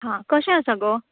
हां कशें आसा गो